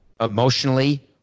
emotionally